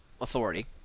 authority